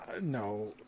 No